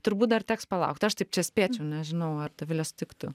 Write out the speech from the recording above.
turbūt dar teks palaukti aš taip čia spėčiau nežinau ar dovilė sutiktų